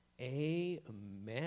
Amen